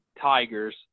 Tigers